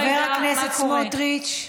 חבר הכנסת סמוטריץ.